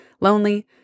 lonely